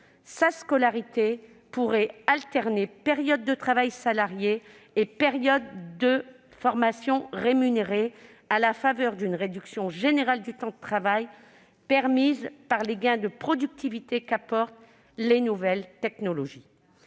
sa scolarité pourrait alterner périodes de travail salarié et périodes de formation rémunérées, à la faveur d'une réduction générale du temps de travail permise par les gains de productivité qu'apportent les nouvelles technologies.